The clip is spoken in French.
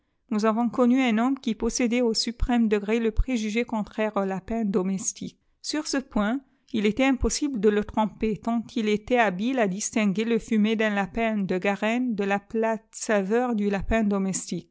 nous avons connu un homme qui possédait au suprême degré le préjugé contraire au lapin domestique sur ce point il était impossible de le tromper tant il était habile à distinguer le fumet d un lapin de garenne de la plate saveur dti lapin